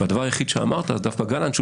והדבר היחיד שאמרת הוא דווקא גלנט שהוא